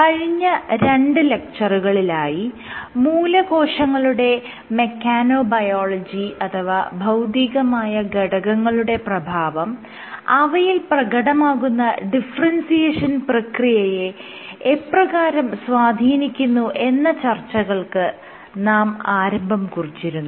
കഴിഞ്ഞ രണ്ട് ലെക്ച്ചറുകളിലായി മൂലകോശങ്ങളുടെ മെക്കാനോബയോളജി അഥവാ ഭൌതികമായ ഘടകങ്ങളുടെ പ്രഭാവം അവയിൽ പ്രകടമാകുന്ന ഡിഫറെൻസിയേഷൻ പ്രക്രിയയെ എപ്രകാരം സ്വാധീനിക്കുന്നു എന്ന ചർച്ചകൾക്ക് നാം ആരംഭം കുറിച്ചിരുന്നു